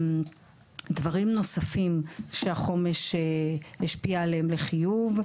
דברים נוספים שהחומש השפיע עליהם לחיוב,